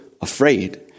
afraid